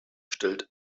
stellt